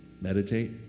meditate